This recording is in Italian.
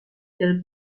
del